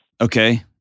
Okay